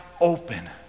open